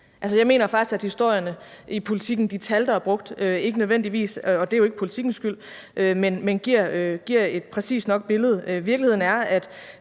Jeg mener faktisk, at historierne i Politiken og de tal, der er brugt – og det er jo ikke Politikens skyld – ikke nødvendigvis giver et præcist nok billede. Virkeligheden er, at